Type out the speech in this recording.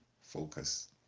Focus